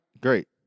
Great